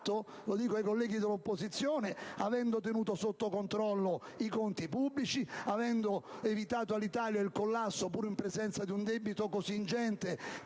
rivolgo ai colleghi dell'opposizione - avendo tenuto sotto controllo i conti pubblici ed avendo evitato all'Italia il collasso, pur in presenza di un debito così ingente